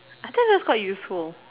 I think that's quite useful